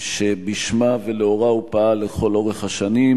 שבשמה ולאורה הוא פעל לכל אורך השנים.